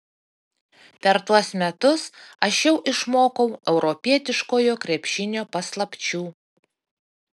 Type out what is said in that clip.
per tuos metus aš jau išmokau europietiškojo krepšinio paslapčių